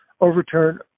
overturn